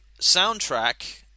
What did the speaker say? soundtrack